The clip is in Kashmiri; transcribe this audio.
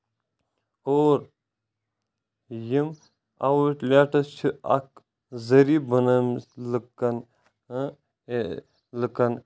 اور یِم اوُٹ لیٹٕس چھِ اکھ ذٔریعہٕ بَنان أمِس لُکن ہاں لُکن